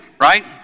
right